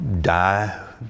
die